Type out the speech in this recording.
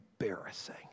embarrassing